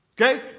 Okay